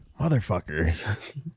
Motherfucker